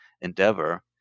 endeavor